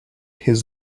his